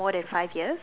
more than five years